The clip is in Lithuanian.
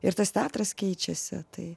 ir tas teatras keičiasi tai